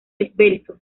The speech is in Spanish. esbelto